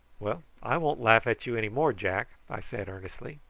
well, i won't laugh at you any more, jack, i said earnestly.